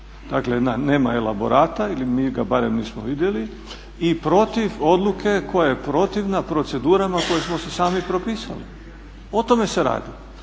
dakle nema elaborata ili mi ga barem nismo vidjeli i protiv odluke koja je protivna procedurama koje smo si sami propisali. O tome se radi,